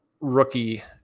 rookie